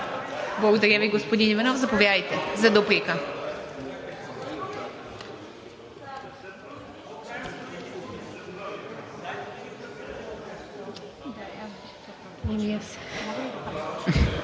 Благодаря Ви, господин Иванов. Заповядайте за дуплика.